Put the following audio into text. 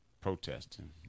protesting